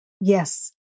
Yes